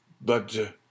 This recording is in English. but—